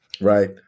right